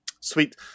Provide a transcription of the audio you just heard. sweet